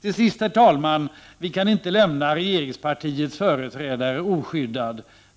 Till sist, herr talman: Vi kan inte lämna regeringspartiets företrädare oskyddad.